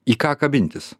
į ką kabintis